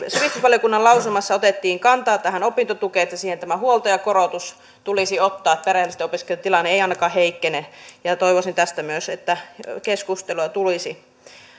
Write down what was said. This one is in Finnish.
sivistysvaliokunnan lausumassa otettiin kantaa tähän opintotukeen että siihen tämä huoltajakorotus tulisi ottaa perheellisten opiskelijoitten tilanne ei ainakaan heikkene ja toivoisin myös tästä että keskustelua tulisi